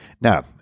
Now